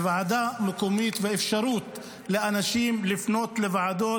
ועדה מקומית והאפשרות של אנשים לפנות לוועדות,